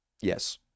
Yes